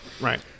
Right